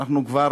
אנחנו כבר